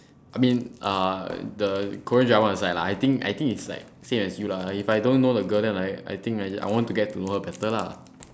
I mean uh the korean drama is like that lah I think I think is like same as you lah if I don't know the girl then like I think I I want to get to know her better lah